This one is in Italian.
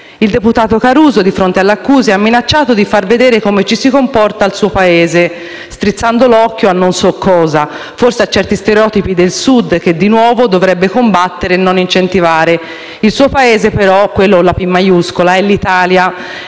Il deputato Caruso, di fronte alle accuse, ha minacciato di far vedere come ci si comporta al suo paese, strizzando l'occhio a non so cosa, forse a certi stereotipi del Sud che, di nuovo, dovrebbe combattere e non incentivare. Il suo Paese, però, quello con la «P» maiuscola, è l'Italia.